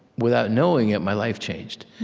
without knowing it, my life changed.